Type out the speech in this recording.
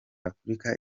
afurika